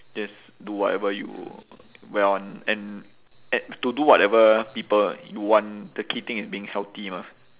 just do whatever you want and and to do whatever people you want the key thing is being healthy mah